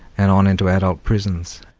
and on into adult prisons.